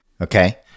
Okay